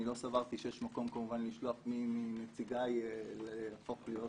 לא סברתי שיש מקום כמובן לשלוח מי מנציגיי להפוך להיות